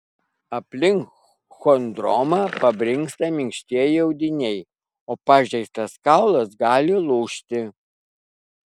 aplink chondromą pabrinksta minkštieji audiniai o pažeistas kaulas gali lūžti